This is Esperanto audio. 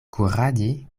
kuradi